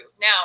Now